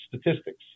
statistics